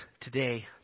today